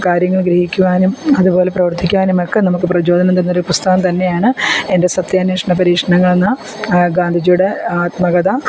കാര്യങ്ങൾ ഗ്രഹിക്കുവാനും അതുപോലെ പ്രവൃത്തിക്കുവാനും ഒക്കെ നമുക്ക് പ്രചോദനം തന്ന ഒരു പുസ്തകം തന്നെയാണ് എൻ്റെ സത്യാന്വേഷണ പരീക്ഷണങ്ങൾ എന്ന ഗാന്ധിജിയുടെ ആത്മകഥ